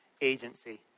agency